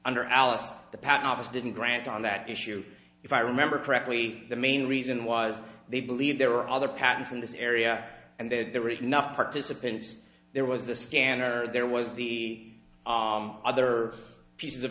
under alice the patent office didn't grant on that issue if i remember correctly the main reason was they believe there are other patents in this area and that there were enough participants there was the scanner or there was the other piece of